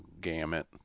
gamut